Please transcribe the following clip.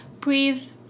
Please